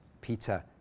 Peter